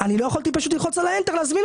אבל לא יכולתי ללחוץ על האנטר כדי להזמין